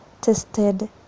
tested